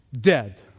dead